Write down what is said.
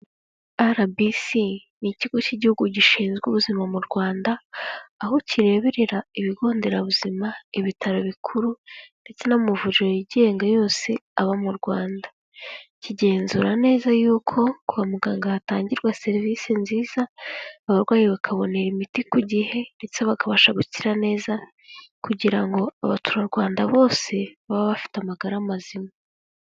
RBC ni ikigo cy'igihugu gishinzwe ubuzima mu Rwanda, aho kireberera ibigo nderabuzima, ibitaro bikuru ndetse n'amavuriro yigenga yose aba mu Rwanda, kigenzura neza yuko kwa muganga hatangirwa serivisi nziza, abarwayi bakabonera imiti ku gihe ndetse bakabasha gukira neza kugira ngo abaturarwanda bose babe bafite amagara mazima.